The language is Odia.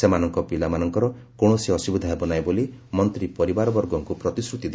ସେମାନଙ୍କ ପିଲାମାନଙ୍କର କୌଣସି ଅସୁବିଧା ହେବ ନାହିଁ ବୋଲି ମନ୍ତ୍ରୀ ପରିବାରବର୍ଗଙ୍କୁ ପ୍ରତିଶ୍ରତି ଦେଇଥିଲେ